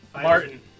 Martin